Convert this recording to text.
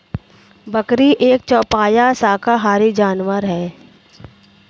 बकरी एक चौपाया शाकाहारी जानवर होता है